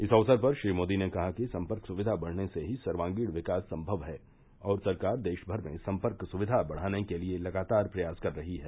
इस अवसर पर श्री मोदी ने कहा कि सम्पर्क सुविधा बढ़ने से ही सर्वगीण विकास सम्भव है और सरकार देश भर में सम्पर्क सुविधा बढ़ाने के लिए लगतार प्रयास कर रही है